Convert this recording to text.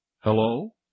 Hello